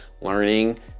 learning